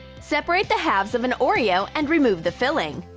separate the halves of an oreo and remove the filling.